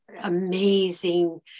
amazing